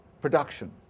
production